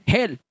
Hell